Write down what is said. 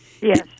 Yes